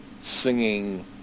singing